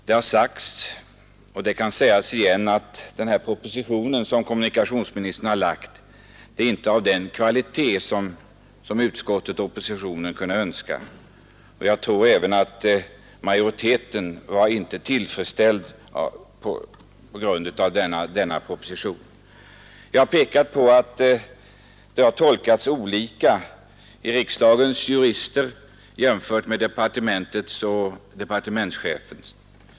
Det har sagts, och det kan sägas igen, att den proposition som kommunikationsministern här framlagt inte är av den kvalitet som oppositionen i utskottet hade önskat. Jag tror inte heller att utskottets majoritet har varit helt tillfredsställd med den. Som jag pekat på har förslaget tolkats olika av riksdagens jurister och juristerna i departementet samt av departementschefen.